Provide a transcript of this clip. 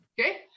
Okay